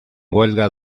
huelga